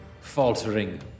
faltering